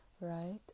right